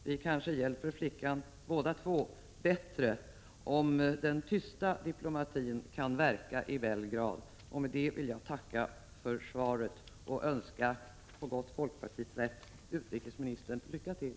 Vi kanske båda två hjälper flickan bättre om den tysta diplomatin kan verka i Belgrad. 45 Med detta vill jag tacka för svaret och önska, på gott folkpartisätt, utrikesministern lycka till.